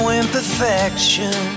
imperfection